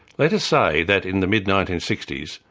let us say that in the mid nineteen sixty s,